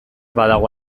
badago